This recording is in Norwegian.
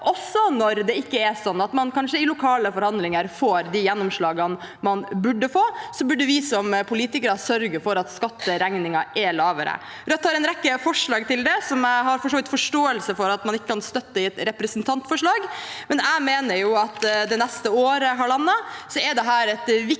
Også når det ikke er sånn at man i lokale forhandlinger får de gjennomslagene man burde få, bør vi som politikere sørge for at skatteregningen er lavere. Rødt har en rekke forslag til det, som jeg for så vidt har forståelse for at man ikke kan støtte i et representantforslag, men jeg mener at det neste halvannet året er det et viktig